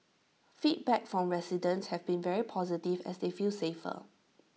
feedback from residents have been very positive as they feel safer